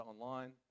online